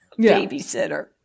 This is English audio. Babysitter